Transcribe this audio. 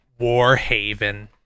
Warhaven